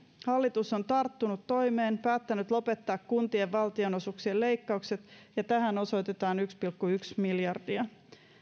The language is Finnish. hallitus on tarttunut toimeen ja päättänyt lopettaa kuntien valtionosuuksien leikkaukset ja tähän osoitetaan yksi pilkku yksi miljardia